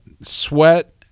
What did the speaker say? sweat